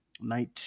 Night